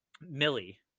Millie